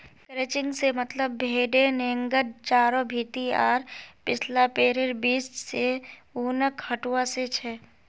crutching से मतलब भेडेर नेंगड चारों भीति आर पिछला पैरैर बीच से ऊनक हटवा से छ